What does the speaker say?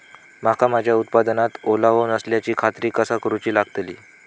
मका माझ्या उत्पादनात ओलावो नसल्याची खात्री कसा करुची लागतली?